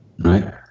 right